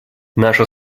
наша